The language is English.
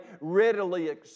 readily